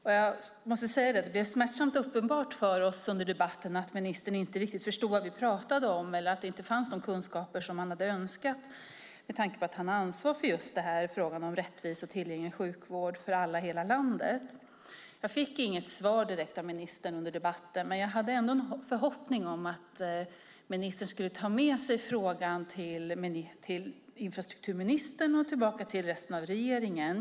Jag måste säga att det under debatten blev smärtsamt uppenbart för oss att socialministern inte riktigt förstod vad vi pratade om eller att det inte fanns de kunskaper man hade önskat med tanke på att han har ansvar just för frågan om rättvis och tillgänglig sjukvård för alla i hela landet. Jag fick inget direkt svar av socialministern under debatten, men jag hade ändå en förhoppning om att han skulle ta med sig frågan till infrastrukturministern och resten av regeringen.